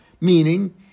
meaning